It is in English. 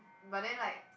but then like